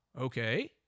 okay